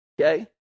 okay